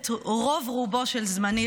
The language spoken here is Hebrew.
את רוב-רובו של זמני,